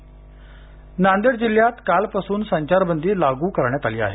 नांदेड नांदेड जिल्ह्यात कालपासून संचारबंदी लागू करण्यात आली आहे